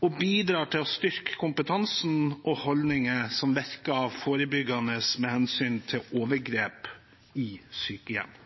og bidrar til å styrke kompetanse og holdninger som virker forebyggende med hensyn til overgrep i sykehjem.